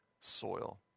soil